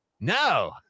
no